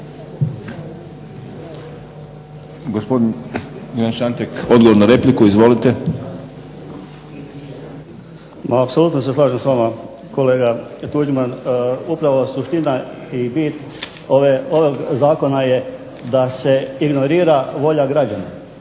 Gospodin Ivan Šanatek, odgovor na repliku. Izvolite. **Šantek, Ivan (HDZ)** Apsolutno se slažem s vama kolega Tuđman. Upravo suština i bit ovog zakona je da se ignorira volja građana.